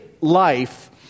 life